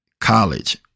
College